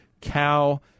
cow